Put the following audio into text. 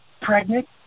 pregnant